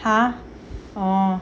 !huh! orh